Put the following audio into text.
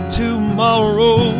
tomorrow